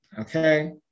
Okay